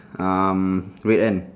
um red and